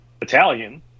Italian